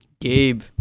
gabe